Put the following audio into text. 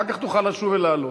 אחר כך תוכל לשוב ולעלות.